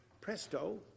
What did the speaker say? presto